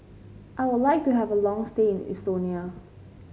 I would like to have a long stay in Estonia